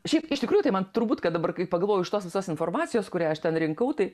šiaip iš tikrųjų tai man turbūt kad dabar kai pagalvoju iš tos visos informacijos kurią aš ten rinkau tai